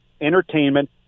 Entertainment